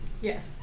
Yes